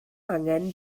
angen